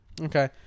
Okay